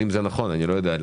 אם זה נכון אני לא יודע,